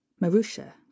Marusha